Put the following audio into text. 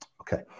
okay